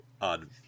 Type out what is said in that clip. odd